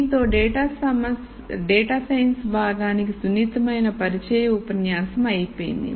దీనితో data science భాగానికి సున్నితమైన పరిచయం ఉపన్యాసం అయిపోయింది